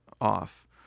off